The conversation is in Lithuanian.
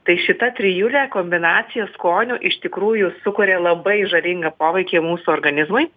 tai šita trijulė kombinacija skonių iš tikrųjų sukuria labai žalingą poveikį mūsų organizmui